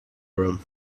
room